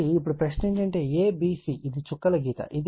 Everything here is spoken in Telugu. కాబట్టి ఇప్పుడు ప్రశ్న ఏమిటంటే a b c ఇది చుక్కల గీత